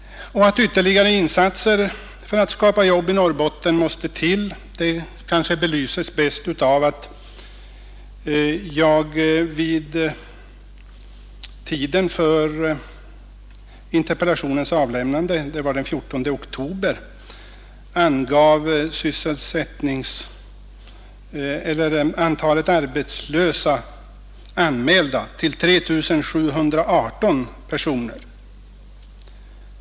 Att ytterligare insatser för att skapa jobb i Norrbotten måste till kanske belyses bäst av att jag vid tiden för interpellationens avlämnande, den 14 oktober, angav antalet anmälda arbetslösa till 3 718 personer.